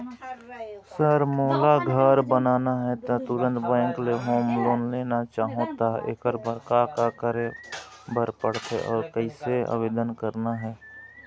Sir मोला घर बनाना हे ता तुंहर बैंक ले होम लोन लेना चाहूँ ता एकर बर का का करे बर पड़थे अउ कइसे आवेदन करना हे?